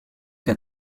qu’à